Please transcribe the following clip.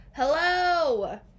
Hello